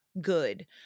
good